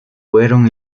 fueron